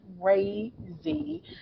crazy